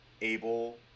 able